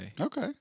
okay